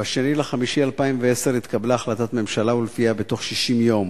ב-2 במאי 2010 התקבלה החלטת הממשלה ולפיה בתוך 60 יום